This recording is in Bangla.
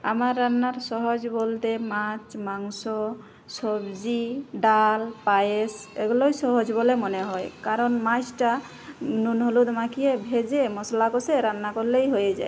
আমার রান্নার সহজ বলতে মাছ মাংস সবজি ডাল পায়েস এগুলোই সহজ বলে মনে হয় কারণ মাছটা নুন হলুদ মাখিয়ে ভেজে মশলা কষে রান্না করলেই হয়ে যায়